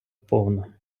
повна